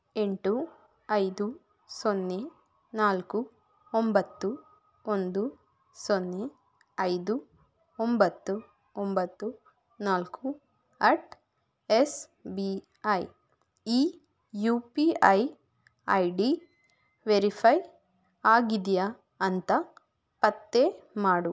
ಎಂಟು ಐದು ಸೊನ್ನೆ ನಾಲ್ಕು ಒಂಬತ್ತು ಒಂದು ಸೊನ್ನೆ ಐದು ಒಂಬತ್ತು ಒಂಬತ್ತು ನಾಲ್ಕು ಅಟ್ ಎಸ್ ಬಿ ಐ ಈ U P I I D verify ಆಗಿದೆಯಾ ಅಂತ ಪತ್ತೆ ಮಾಡು